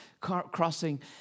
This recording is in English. crossing